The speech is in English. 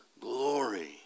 glory